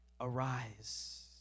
arise